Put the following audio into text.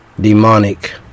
demonic